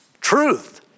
truth